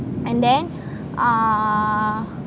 and then uh